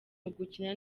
ugukina